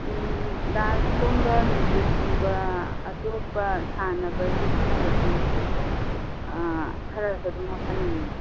dance ꯀꯨꯝꯕ music ꯀꯨꯝꯕ ꯑꯇꯣꯞꯄ ꯁꯥꯟꯅꯕꯒꯤ ꯈꯣꯠꯅꯕꯒꯤ ꯈꯔꯁꯨ ꯑꯗꯨꯝ ꯍꯥꯞꯍꯟꯅꯤꯡꯕ